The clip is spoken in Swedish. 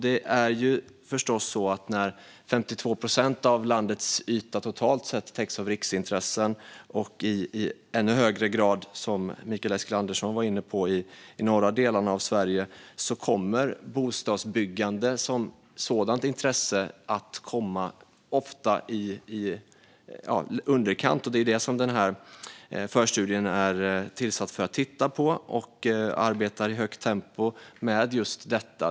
När 52 procent av landets totala yta täcks av riksintressen - och i ännu högre grad i de norra delarna av Sverige, vilket Mikael Eskilandersson var inne på - kommer bostadsbyggande som intresse ofta att hamna i underläge. Detta ska förstudien titta på, och den arbetar i högt tempo med det.